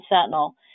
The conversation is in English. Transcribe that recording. Sentinel